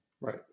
Right